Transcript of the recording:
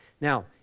now